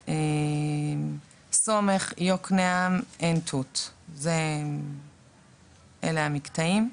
סומך, יקנעם, עין תות, אלה המקטעים.